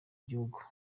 gihugu